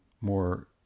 more